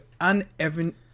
uneven